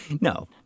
no